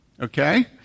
Okay